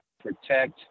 protect